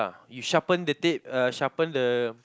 ya you sharpen the tip uh sharpen the